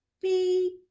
beep